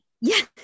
yes